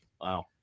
Wow